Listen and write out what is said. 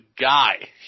guy